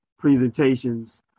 Presentations